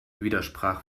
widersprach